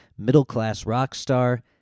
middleclassrockstar